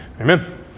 Amen